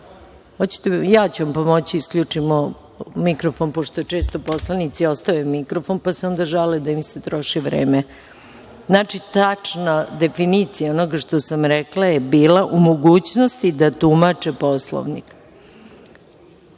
ja ću vam pomoći da isključimo mikrofon, pošto često poslanici ostave mikrofon, pa se onda žale da im se troši vreme. Znači, tačna definicija onoga što sam rekla je bila u mogućnosti da tumače Poslovnik.(Balša